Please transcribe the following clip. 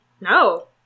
No